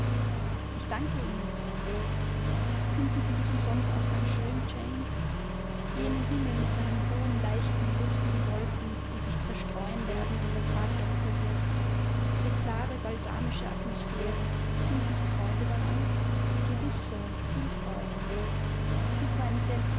ich danke ihnen sir finden sie diesen sonnenaufgang schön jane jenen himmel mit seinen hohen leichten lustigen wolken die sich zerstreuen werden wenn der tag älter wird diese klare balsamische atmosphäre finden sie freude daran gewiß sir viel freude dies war eine